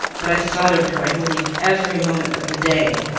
but i thought of her, i believe, every moment of the day.